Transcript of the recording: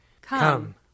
Come